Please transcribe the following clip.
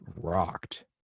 rocked